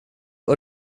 och